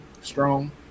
strong